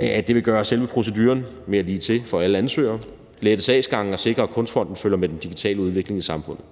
Det vil gøre selve proceduren mere ligetil for alle ansøgere, lette sagsgangen og sikre, at Kunstfonden følger med den digitale udvikling i samfundet.